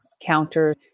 counter